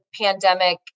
pandemic